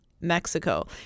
Mexico